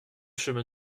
chemin